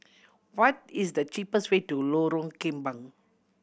what is the cheapest way to Lorong Kembang